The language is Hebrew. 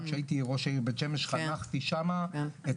כשהייתי ראש עיריית בית שמש אני חנכתי שם את